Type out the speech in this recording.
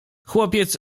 chłopiec